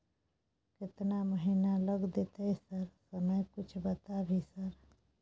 केतना महीना लग देतै सर समय कुछ बता भी सर?